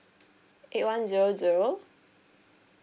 eight one zero zero